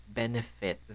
benefit